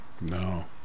No